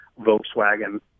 Volkswagen